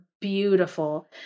beautiful